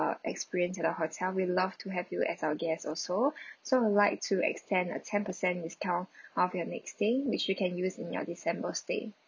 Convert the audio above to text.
uh experience at our hotel we'd love to have you as our guests also so we'll like to extend a ten percent discount off your next stay which you can use in your december stay